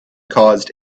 caused